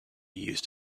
used